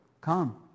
Come